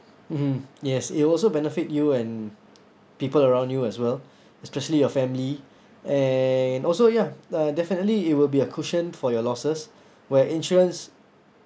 mmhmm yes it also benefit you and people around you as well especially your family and also ya uh definitely it will be a cushion for your losses where insurance